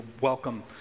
welcome